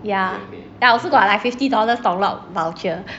ya I also got like fifty dollars taolap voucher